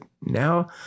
now